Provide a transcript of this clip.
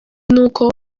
n’uko